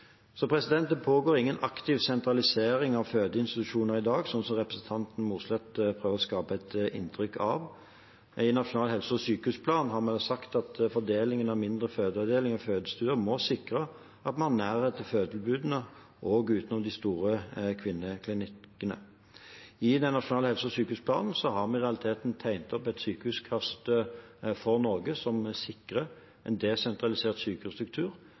Det pågår ingen aktiv sentralisering av fødeinstitusjoner i dag, som representanten Mossleth prøver å skape et inntrykk av. I Nasjonal helse- og sykehusplan har vi sagt at fordelingen av mindre fødeavdelinger og fødestuer må sikre at vi har nærhet til fødetilbudene også utenom de store kvinneklinikkene. I den nasjonale helse- og sykehusplanen har vi i realiteten tegnet opp et sykehuskart for Norge som sikrer en desentralisert sykehusstruktur,